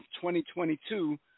2022